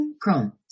Chrome